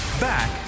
Back